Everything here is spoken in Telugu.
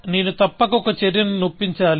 నేను తప్పక ఒక చర్యను చొప్పించాలి